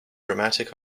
dramatic